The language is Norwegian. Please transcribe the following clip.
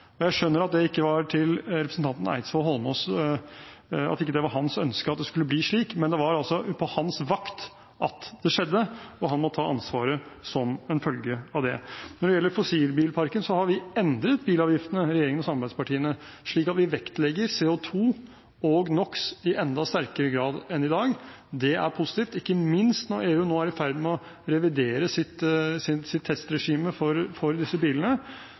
Jeg skjønner at det ikke var representanten Eidsvoll Holmås’ ønske at det skulle bli slik, men det var altså på hans vakt det skjedde, og han må ta ansvaret som en følge av det. Når det gjelder fossilbilparken, har vi – regjerings- og samarbeidspartiene – endret bilavgiftene, slik at vi vektlegger CO2 og NOx i enda sterkere grad enn i dag. Det er positivt, ikke minst når EU nå er i ferd med å revidere sitt testregime for disse bilene,